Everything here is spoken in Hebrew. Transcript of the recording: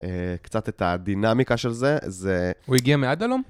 קצת את הדינמיקה של זה, זה... הוא הגיע מאדאלום?